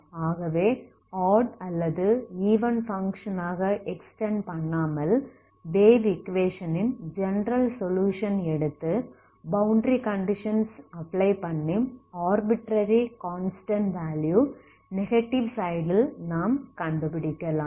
ஆகவே ஆட் அல்லது even function ஆக எக்ஸ்டெண்ட் பண்ணாமல் வேவ் ஈக்குவேஷன் ன் ஜெனரல் சொலுயுஷன் எடுத்து பௌண்டரி கண்டிஷன்ஸ் அப்ளை பண்ணி ஆர்பிட்ரரி கான்ஸ்டன்ட் வேல்யூ நெகடிவ் சைடில் நாம் கண்டுபிடிக்கலாம்